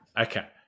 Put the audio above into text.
Okay